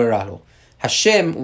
Hashem